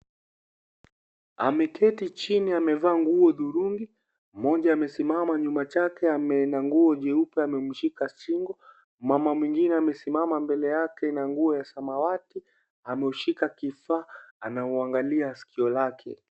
Ameketi chini amevaa nguo dhurungi, mmoja amesimama nyuma chake amevaa nguo jeupe amemshika shingo. Mama mwingine amesimama mbele yake na nguo ya samawati, ameushika kifaa, anauangalia sikio lake.